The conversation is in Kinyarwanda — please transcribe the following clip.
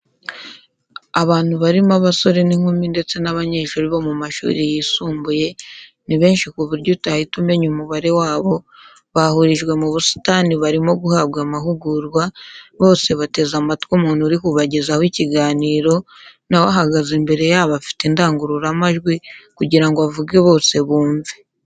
Abantu barimo abasore n'inkumi ndetse n'abanyeshuri bo mu mashuri yisumbuye, ni benshi ku buryo utahita umenya umubare wabo, bahurijwe mu busitani barimo guhabwa amahugurwa, bose bateze amatwi umuntu uri kubagezaho ikiganiro, na we ahagaze imbere yabo afite indangururamajwi kugira ngo avuge bose bumve.